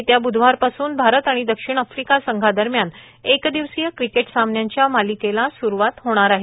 येत्या ब्धवार पासून भारत आणि दक्षिण आफ्रिका संघादरम्यान एक दिवसीय क्रिकेट सामन्यांच्या मालिकेला सुरवात होणार आहे